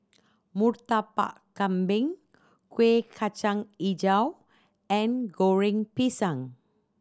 Murtabak Kambing Kueh Kacang Hijau and Goreng Pisang